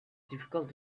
difficult